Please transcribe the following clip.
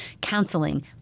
counseling